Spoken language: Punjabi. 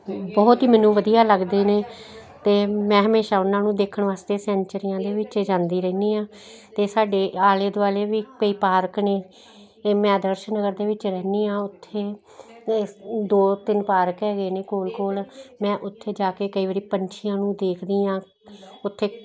ਬਹੁਤ ਹੀ ਮੈਨੂੰ ਵਧੀਆ ਲੱਗਦੇ ਨੇ ਅਤੇ ਮੈਂ ਹਮੇਸ਼ਾ ਉਹਨਾਂ ਨੂੰ ਦੇਖਣ ਵਾਸਤੇ ਸੈਂਚਰੀਆਂ ਦੇ ਵਿੱਚ ਜਾਂਦੀ ਰਹਿੰਦੀ ਹਾਂ ਅਤੇ ਸਾਡੇ ਆਲੇ ਦੁਆਲੇ ਵੀ ਕਈ ਪਾਰਕ ਨੇ ਮੈਂ ਅਦਰਸ਼ ਨਗਰ ਦੇ ਵਿੱਚ ਰਹਿੰਦੀ ਹਾਂ ਉੱਥੇ ਦੋ ਤਿੰਨ ਪਾਰਕ ਹੈਗੇ ਨੇ ਕੋਲ ਕੋਲ ਮੈਂ ਉੱਥੇ ਜਾ ਕੇ ਕਈ ਵਾਰੀ ਪੰਛੀਆਂ ਨੂੰ ਦੇਖਦੀ ਹਾਂ ਉੱਥੇ